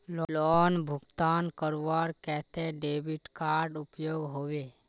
Loan भुगतान करवार केते डेबिट कार्ड उपयोग होबे?